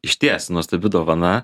išties nuostabi dovana